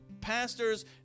pastors